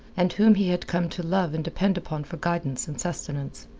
and whom he had come to love and depend upon for guidance and sustenance.